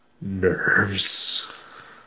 nerves